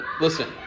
listen